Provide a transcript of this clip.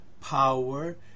power